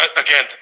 again